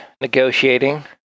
negotiating